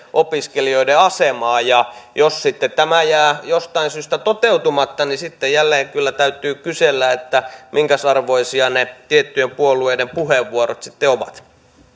opiskelijoiden asemaa ja jos sitten tämä jää jostain syystä toteutumatta sitten jälleen kyllä täytyy kysellä minkäs arvoisia ne tiettyjen puolueiden puheenvuorot ovat